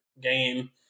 game